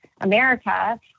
America